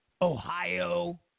Ohio